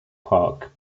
park